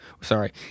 sorry